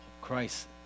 Christ